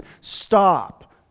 stop